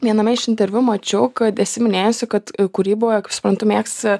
viename iš interviu mačiau kad esi minėjusi kad kūryboje kaip suprantu mėgsti